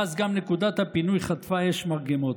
ואז גם נקודת הפינוי חטפה אש מרגמות.